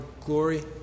glory